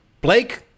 Blake